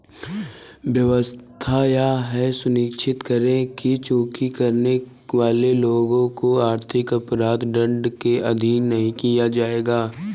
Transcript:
व्यवस्था यह भी सुनिश्चित करेगी कि चूक करने वाले लोगों को आर्थिक अपराध दंड के अधीन नहीं किया जाएगा